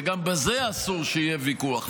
וגם בזה אסור שיהיה ויכוח.